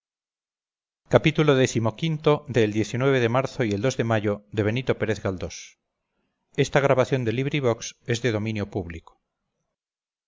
xxvi xxvii xxviii xxix xxx el de marzo y el de mayo de